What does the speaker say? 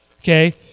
Okay